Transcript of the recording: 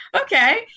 Okay